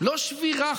לא שבירה,